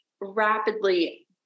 rapidly